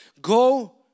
go